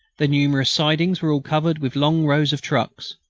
the numerous sidings were all covered with long rows of trucks.